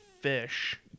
fish